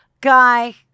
guy